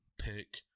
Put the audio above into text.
pick